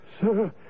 Sir